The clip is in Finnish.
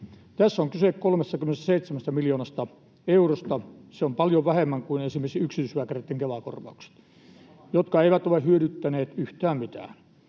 Tässä on kyse 37 miljoonasta eurosta. Se on paljon vähemmän kuin esimerkiksi yksityislääkäreitten Kela-korvaukset, jotka eivät ole hyödyttäneet yhtään mitään.